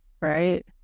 right